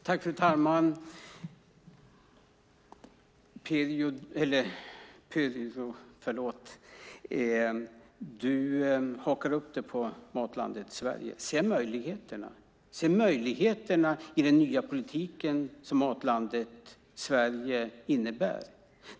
Fru talman! Du hakar upp dig på Matlandet Sverige, Pyry. Se möjligheterna! Se möjligheterna i den nya politik som Matlandet Sverige innebär!